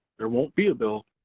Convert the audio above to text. there won't be a bill,